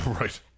right